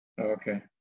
Okay